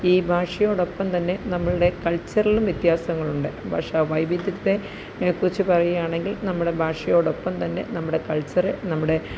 ഈ ഭാഷയോടൊപ്പം തന്നെ നമ്മളുടെ കള്ച്ചറിലും വ്യത്യാസങ്ങളുണ്ട് പക്ഷെ ആ വൈവിധ്യത്തെ കുറിച്ച് പറയുകയാണെങ്കില് നമ്മളുടെ ഭാഷയോടൊപ്പം തന്നെ നമ്മളുടെ കള്ച്ചര് നമ്മളുടെ